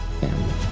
family